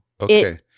okay